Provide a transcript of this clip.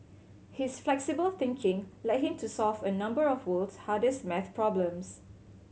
his flexible thinking led him to solve a number of world's hardest maths problems